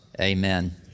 amen